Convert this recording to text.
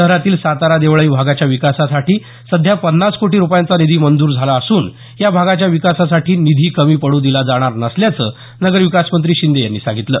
शहरातील सातारा देवळाई भागाच्या विकासासाठी सध्या पन्नास कोटी रुपयांचा निधी मंजूर झाला असून या भागाच्या विकासासाठी निधी कमी पडू दिला जाणार नसल्याचं नगरविकास मंत्री शिंदे यांनी सांगितलं